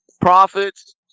prophets